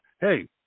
Hey